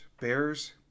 Bears